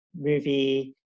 movie